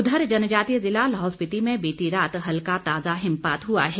उधर जनजातीय जिला लाहौल स्पिति में बीती रात हल्का ताजा हिमपात हुआ है